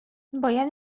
باید